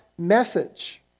Message